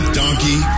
donkey